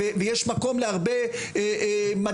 ויש מקום להרבה מדענים.